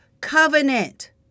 covenant